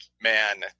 man